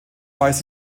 weiß